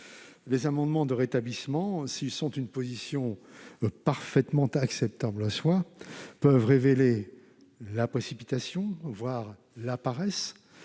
Les amendements de rétablissement, s'ils relèvent d'une position parfaitement acceptable en soi, peuvent révéler la précipitation, voire la paresse,